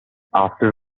after